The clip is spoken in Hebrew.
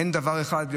אין דבר אחד,